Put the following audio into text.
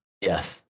yes